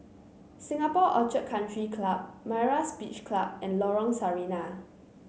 Singapore Orchid Country Club Myra's Beach Club and Lorong Sarina